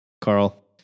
Carl